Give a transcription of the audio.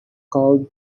cold